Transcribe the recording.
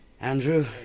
Andrew